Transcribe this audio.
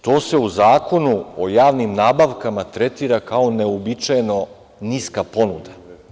To se u Zakonu o javnim nabavkama tretira kao neuobičajeno niska ponuda.